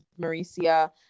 Maricia